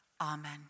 Amen